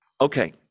okay